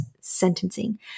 sentencing